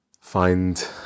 Find